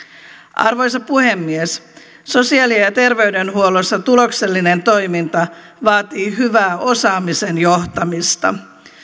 arvoisa puhemies sosiaali ja ja terveydenhuollossa tuloksellinen toiminta vaatii hyvää osaamisen johtamista